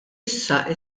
issa